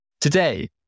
Today